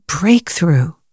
Breakthrough